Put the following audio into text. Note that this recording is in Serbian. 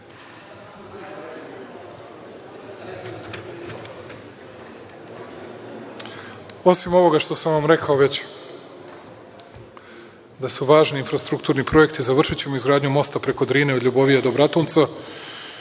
ovoga što sam rekao već da su važni infrastrukturni projekti završićemo izgradnju mosta Drine od Ljubovije do Bratunca.